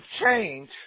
change